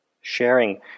sharing